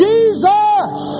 Jesus